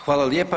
Hvala lijepa.